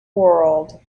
world